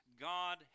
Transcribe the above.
God